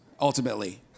ultimately